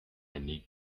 need